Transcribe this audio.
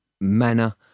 manner